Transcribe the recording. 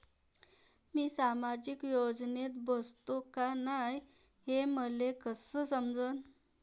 मी सामाजिक योजनेत बसतो का नाय, हे मले कस समजन?